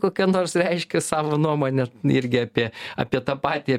kokia nors reiškia savo nuomonę irgi apie apie tą patį